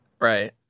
Right